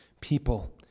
people